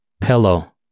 pillow